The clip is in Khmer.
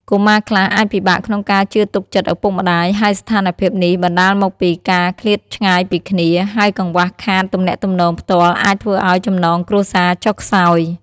កុមារខ្លះអាចពិបាកក្នុងការជឿទុកចិត្តឪពុកម្ដាយ ហើយស្ថានភាពនេះបណ្ដាលមកពីការឃ្លាតឆ្ងាយពីគ្នា ហើយកង្វះខាតទំនាក់ទំនងផ្ទាល់អាចធ្វើឲ្យចំណងគ្រួសារចុះខ្សោយ។